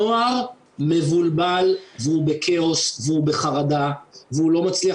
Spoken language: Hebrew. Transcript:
הנוער מבולבל והוא בכאוס והוא בחרדה והוא לא מצליח